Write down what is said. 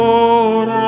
Lord